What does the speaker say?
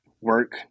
work